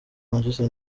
manchester